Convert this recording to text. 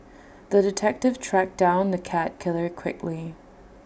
the detective tracked down the cat killer quickly